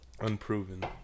unproven